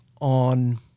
on